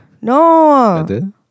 No